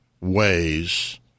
ways